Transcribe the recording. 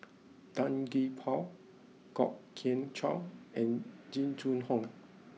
Tan Gee Paw Kwok Kian Chow and Jing Jun Hong